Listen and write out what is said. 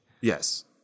Yes